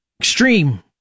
extreme